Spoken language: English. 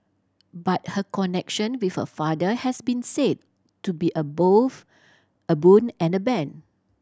but her connection with her father has been said to be a both a boon and a bane